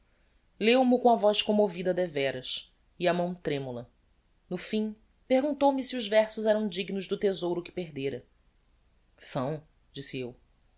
mulher leu mo com a voz commovida devéras e a mão tremula no fim perguntou-me se os versos eram dignos do thesouro que perdera são disse eu